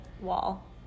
wall